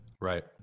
Right